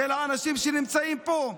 של האנשים שנמצאים פה.